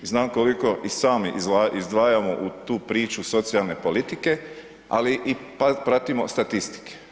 Znam koliko i sami izdvajamo u tu priču socijalne politike, ali i pratimo statistike.